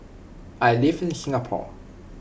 I live in Singapore